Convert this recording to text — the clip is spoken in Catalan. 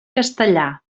castellà